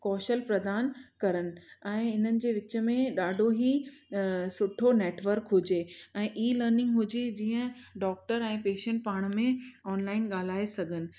कौशल प्रदान करनि ऐं इन्हनि जे विच में ॾाढो ई सुठो नैटवर्क हुजे ऐं ई लर्निंग हुजे जीअं डॉक्टर ऐं पेशंट पाण में ऑनलाइन ॻाल्हाए सघनि